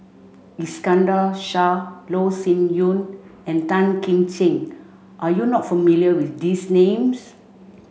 Iskandar Shah Loh Sin Yun and Tan Kim Ching are you not familiar with these names